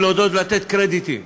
ולהודות ולתת קרדיטים,